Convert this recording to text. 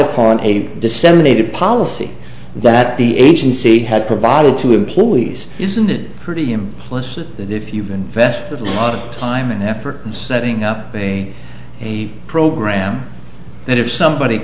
eight disseminated policy that the agency had provided to employees isn't it pretty implicit that if you've invested a lot of time and effort in setting up a program and if somebody